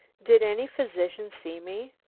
did any physician see me?